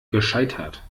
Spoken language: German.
gescheitert